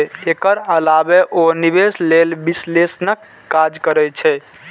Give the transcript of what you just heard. एकर अलावे ओ निवेश लेल विश्लेषणक काज करै छै